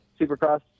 supercross